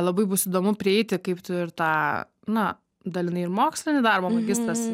labai bus įdomu prieiti kaip tu ir tą na dalinai ir mokslinį darbą magistras